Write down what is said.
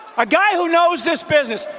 a guy who knows this business,